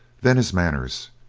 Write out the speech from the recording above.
then his manners,